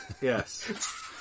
Yes